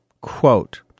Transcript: quote